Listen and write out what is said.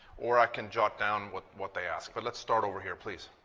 or i can jot down what what they ask. but let's start over here, please.